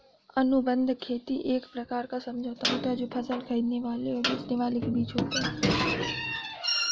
अनुबंध खेती एक प्रकार का समझौता होता है जो फसल खरीदने वाले और बेचने वाले के बीच होता है